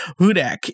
Hudak